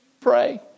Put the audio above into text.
pray